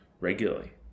regularly